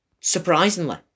surprisingly